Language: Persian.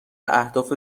اهداف